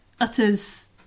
utters